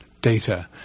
data